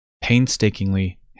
painstakingly